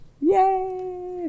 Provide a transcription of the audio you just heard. yay